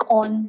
on